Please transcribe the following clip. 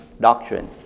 doctrine